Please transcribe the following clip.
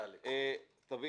היום